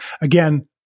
again